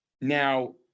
now